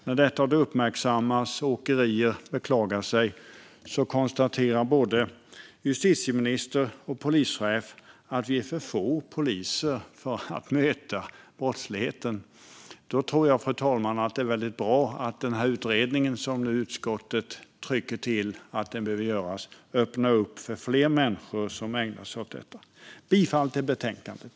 När detta uppmärksammas och åkerier beklagar sig konstaterar både justitieministern och polischefen att vi har för få poliser för att möta brottsligheten. Då tror jag, fru talman, att det är väldigt bra att den utredning som utskottet nu trycker till för och anser behöver göras öppnar upp för fler människor som ägnar sig åt detta. Jag yrkar bifall till förslaget i betänkandet.